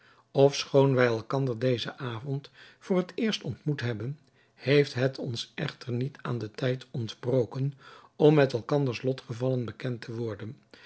ofschoon wij elkander dezen avond voor het eerst ontmoet hebben heeft het ons echter niet aan den tijd ontbroken om met elkanders lotgevallen bekend te worden